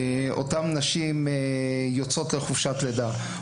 אותן נשים יוצאות לחופשת לידה,